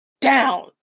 down